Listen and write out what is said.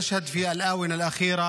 (אומר דברים בשפה הערבית,